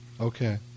Okay